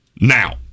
Now